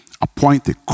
appointed